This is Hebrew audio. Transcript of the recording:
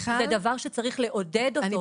זה דבר שצריך לעודד אותו,